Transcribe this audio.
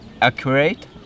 accurate